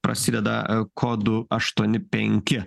prasideda a kodu aštuoni penki